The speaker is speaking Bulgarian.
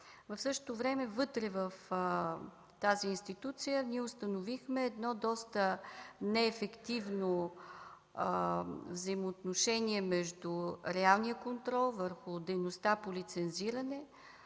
В същото време вътре в тази институция ние установихме доста неефективно взаимоотношение между реалния контрол върху дейността по лицензиране.